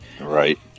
Right